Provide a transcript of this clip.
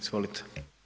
Izvolite.